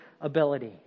ability